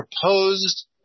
proposed